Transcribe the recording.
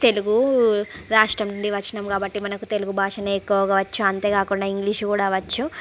తెలుగు రాష్ట్రం నుండి వచ్చాము కాబట్టి మనకు తెలుగు భాషనే ఎక్కువగా వచ్చు అంతేకాకుండా ఇంగ్లీష్ కూడా వచ్చు